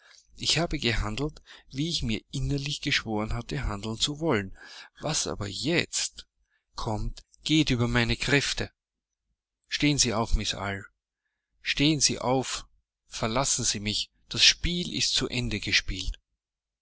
ich habe gehandelt wie ich mir innerlich geschworen hatte handeln zu wollen was aber jetzt kommt geht über meine kräfte stehen sie auf miß eyre stehen sie auf verlassen sie mich das spiel ist zu ende